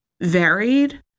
varied